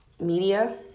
Media